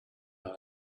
dans